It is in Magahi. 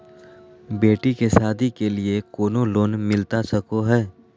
बेटी के सादी के लिए कोनो लोन मिलता सको है?